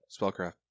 Spellcraft